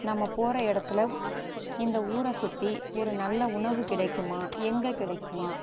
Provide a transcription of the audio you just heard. நம்ம போகிற இடத்துல இந்த ஊரை சுற்றி ஒரு நல்ல உணவு கிடைக்குமா எங்கே கிடைக்கும்